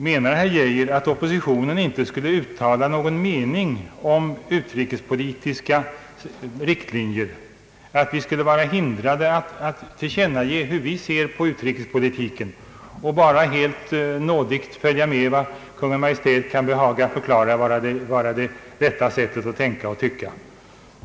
Menar herr Geijer att oppositionen inte skulle kunna uttala någon mening om utrikespolitiska riktlinjer, att vi skulle vara förhindrade att tillkännage hur vi ser på utrikespolitiken och bara helt nådigt följa med vad Kungl. Maj:t kan behaga förklara vara det rätta sättet att tänka och tycka?